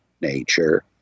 nature